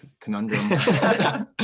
conundrum